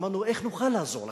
אמרנו: איך נוכל לעזור לכם?